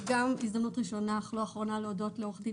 וגם הזדמנות ראשונה אך לא אחרונה להודות לעורך הדין